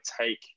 take